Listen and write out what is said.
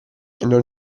non